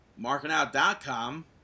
MarkingOut.com